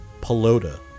Pelota